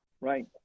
right